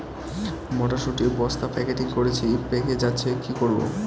মটর শুটি বস্তা প্যাকেটিং করেছি পেকে যাচ্ছে কি করব?